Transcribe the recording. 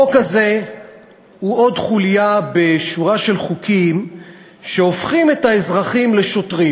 החוק הזה הוא עוד חוליה בשורה של חוקים שהופכים את האזרחים לשוטרים.